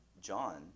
John